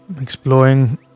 exploring